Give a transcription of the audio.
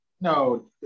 No